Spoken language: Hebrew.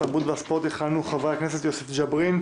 התרבות והספורט: יכהנו חברי הכנסת יוסף ג'בארין,